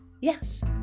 Yes